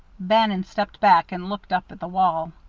bannon stepped back and looked up at the wall.